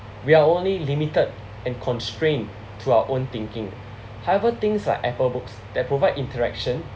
we are only limited and constrained to our own thinking however things like Apple books that provide interaction